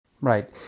Right